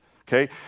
okay